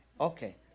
Okay